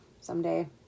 someday